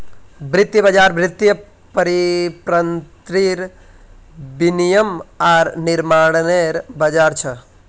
वित्तीय बज़ार वित्तीय परिसंपत्तिर विनियम आर निर्माणनेर बज़ार छ